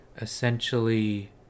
essentially